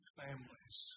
families